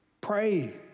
Pray